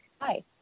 Hi